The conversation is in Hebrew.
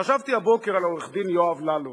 חשבתי הבוקר על עורך-הדין יואב ללום.